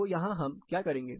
तो यहां हम क्या करेंगे